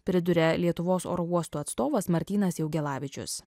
priduria lietuvos oro uostų atstovas martynas jaugelavičius